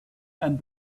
and